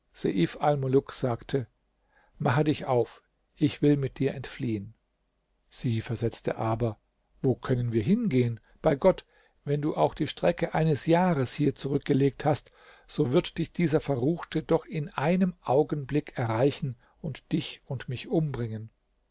sagte mache dich auf ich will mit dir entfliehen sie versetzte aber wo können wir hingehen bei gott wenn du auch die strecke eines jahres hier zurückgelegt hast so wird dich dieser verruchte doch in einem augenblick erreichen und dich und mich umbringen